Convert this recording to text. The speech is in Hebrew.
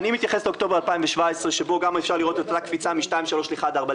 אני מתייחס לאוקטובר 2017 שבו גם אפשר לראות אותה קפיצה מ-2.3 ל-1.4.